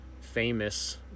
famous